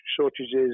shortages